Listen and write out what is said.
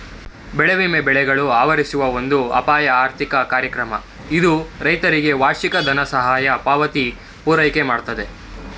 ಬೆಳೆ ವಿಮೆ ಬೆಳೆಗಳು ಆವರಿಸುವ ಒಂದು ಅಪಾಯ ಆಧಾರಿತ ಕಾರ್ಯಕ್ರಮ ಇದು ರೈತರಿಗೆ ವಾರ್ಷಿಕ ದನಸಹಾಯ ಪಾವತಿ ಪೂರೈಕೆಮಾಡ್ತದೆ